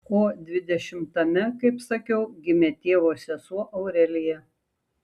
o dvidešimtame kaip sakiau gimė tėvo sesuo aurelija